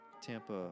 Tampa